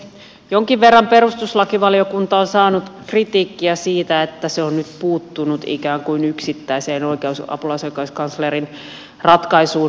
jonkin verran perustuslakivaliokunta on saanut kritiikkiä siitä että se on nyt puuttunut ikään kuin yksittäiseen apulaisoikeuskanslerin ratkaisuun